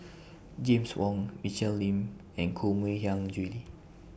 James Wong Michelle Lim and Koh Mui Hiang Julie